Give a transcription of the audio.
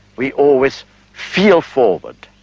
we always feel forward